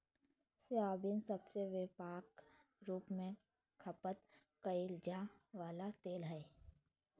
soybean सबसे व्यापक रूप से खपत कइल जा वला तेल हइ